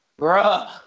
bruh